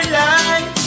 life